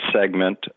segment